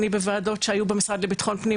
אני בוועדות שהיו במשרד לביטחון פנים,